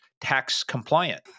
tax-compliant